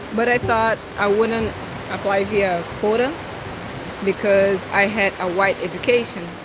but i thought i wouldn't apply via quota because i had a white education